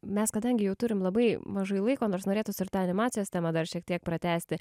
mes kadangi jau turim labai mažai laiko nors norėtųsi ir tą animacijos temą dar šiek tiek pratęsti